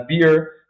beer